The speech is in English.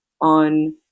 on